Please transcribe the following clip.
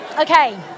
Okay